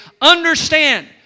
understand